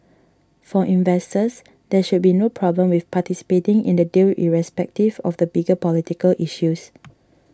for investors there should be no problem with participating in the deal irrespective of the bigger political issues